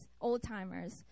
old-timers